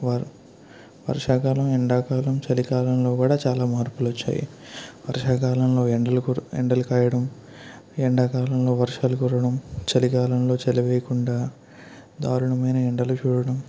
వర్ వర్షాకాలం ఎండాకాలం చలికాలంలో కూడా చాలా మార్పులు వచ్చాయి వర్షాకాలంలో ఎండలు కూడా ఎండలు కాయడం ఎండాకాలంలో వర్షాలు కురవడం చలికాలంలో చలి వేయకుండా దారుణమైన ఎండలు చూడడం